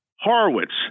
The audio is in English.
Horowitz